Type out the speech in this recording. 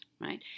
right